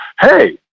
hey